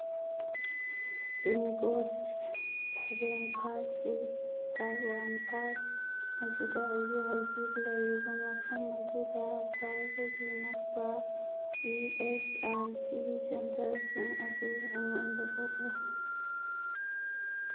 pincode seven five six five one five ꯑꯁꯤꯗ ꯑꯩꯒꯤ ꯍꯧꯖꯤꯛ ꯂꯩꯔꯤꯕ ꯃꯐꯝ ꯑꯁꯤꯗ ꯈ꯭ꯋꯥꯏꯗꯒꯤ ꯅꯛꯄ ꯏ ꯑꯦꯁ ꯑꯥꯏ ꯁꯤ ꯁꯦꯟꯇꯔꯁꯤꯡ ꯑꯗꯨ ꯑꯩꯉꯣꯟꯗ ꯎꯠꯂꯨ